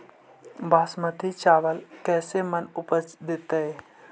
बासमती चावल कैसे मन उपज देतै?